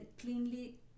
cleanly